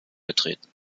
getreten